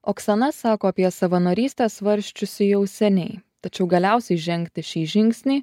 oksana sako apie savanorystę svarsčiusi jau seniai tačiau galiausiai žengti šį žingsnį